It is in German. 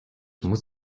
muss